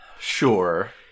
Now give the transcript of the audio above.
Sure